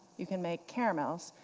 you can make caramels.